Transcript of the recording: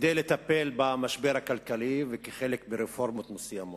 כדי לטפל במשבר הכלכלי וכחלק מרפורמות מסוימות.